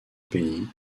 pays